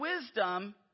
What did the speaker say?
wisdom